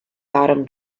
bottom